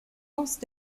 anses